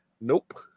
Nope